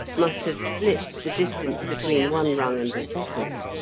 must have slipped the distance between one rung and a second.